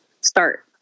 start